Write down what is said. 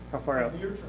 how far out?